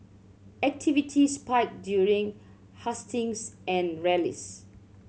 activity spiked during hustings and rallies